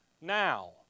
Now